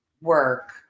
work